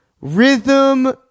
Rhythm